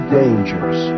dangers